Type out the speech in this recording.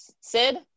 Sid